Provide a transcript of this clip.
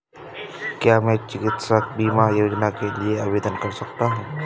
क्या मैं चिकित्सा बीमा योजना के लिए आवेदन कर सकता हूँ?